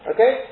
Okay